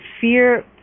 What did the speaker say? fear